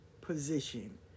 position